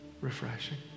refreshing